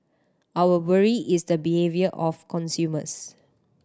our worry is the behaviour of consumers